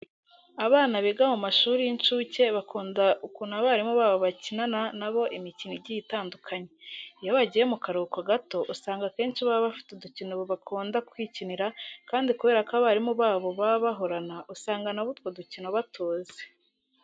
Abana biga mu mashuri y'incuke bakunda ukuntu abarimu babo bakinana na bo imikino igiye itandukanye. Iyo bagiye mu karuhuko gato usanga akenshi baba bafite udukino bakunda kwikinira kandi kubera ko abarimu babo baba bahorana usanga na bo utwo dukino batuzi.